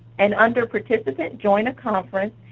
and under participant join a conference,